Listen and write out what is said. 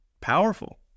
powerful